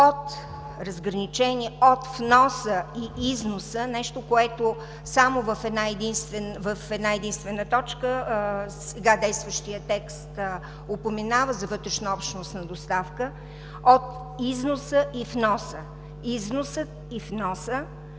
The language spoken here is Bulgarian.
разграничение от вноса и износа – нещо, което само една-единствена точка в сега действащия текст упоменава – за вътрешнообщностна доставка от износа и вноса. Износът и вносът